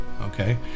okay